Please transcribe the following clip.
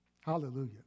Hallelujah